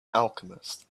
alchemist